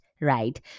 right